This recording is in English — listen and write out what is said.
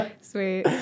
Sweet